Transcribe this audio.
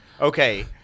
okay